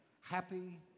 happy